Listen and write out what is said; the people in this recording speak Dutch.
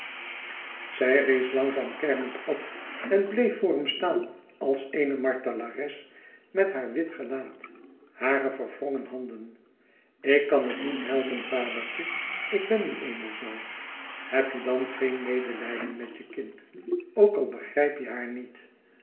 zij rees langzaam kermend op en bleef voor hem staan als eene martelares met haar wit gelaat hare verwrongen handen ik kan het niet helpen vadertje ik ben nu eenmaal zoo heb je dan geen medelijden met je kind ook al begrijp je haar niet